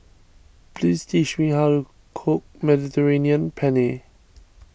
please teach me how to cook Mediterranean Penne